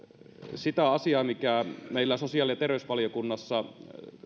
sitä asiaa mikä meillä sosiaali ja terveysvaliokunnassa